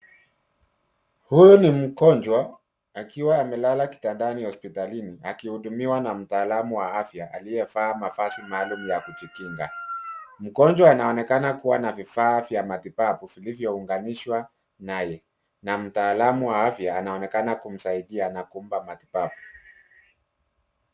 Huyu ni mgonjwa akiwa amelala kitandani hospitalini akihudumiwa na mtaalamu wa afya aliyevaa mavazi maalum ya kujikinga. Mgonjwa anaonekana kuwa na vifaa ya matibabu vilivyounganishwa naye, na mtaalamu wa afya anaonekana kumsaidia na kumpa matibabu.